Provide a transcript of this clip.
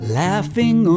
laughing